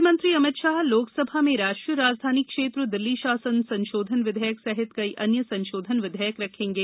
गृह मंत्री अमित शाह लोकसभा में राष्ट्रीय राजधानी क्षेत्र दिल्ली शासन संशोधन विधेयक सहित कई अन्य संशोधन विधेयक रखेंगे